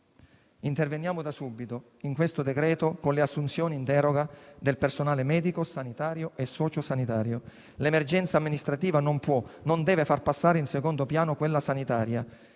interveniamo da subito, con il decreto-legge in esame, con le assunzioni in deroga del personale medico, sanitario e socio-sanitario. L'emergenza amministrativa non può e non deve far passare in secondo piano quella sanitaria.